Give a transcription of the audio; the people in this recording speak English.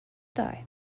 die